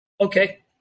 Okay